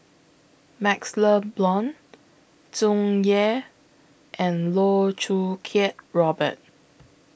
MaxLe Blond Tsung Yeh and Loh Choo Kiat Robert